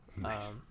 Nice